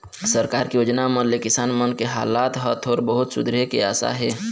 सरकार के योजना मन ले किसान मन के हालात ह थोर बहुत सुधरे के आसा हे